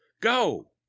go